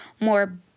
more